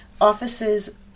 offices